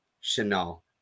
Chanel